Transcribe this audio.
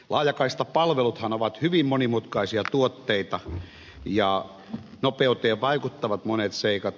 laajakaistapalveluthan ovat hyvin monimutkaisia tuotteita ja nopeuteen vaikuttavat monet seikat